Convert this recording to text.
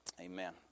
amen